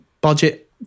budget